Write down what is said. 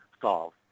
solve